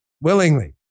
willingly